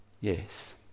yes